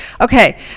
okay